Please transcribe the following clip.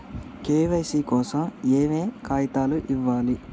KYC కోసం ఏయే కాగితాలు ఇవ్వాలి?